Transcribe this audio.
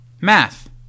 Math